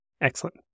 Excellent